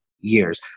Years